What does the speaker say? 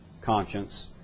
conscience